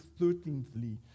thirteenthly